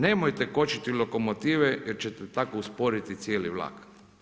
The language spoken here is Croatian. Nemojte kočiti lokomotive jer ćete tako usporiti cijeli vlak.